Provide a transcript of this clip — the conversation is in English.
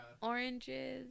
oranges